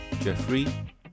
jeffrey